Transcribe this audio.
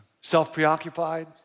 self-preoccupied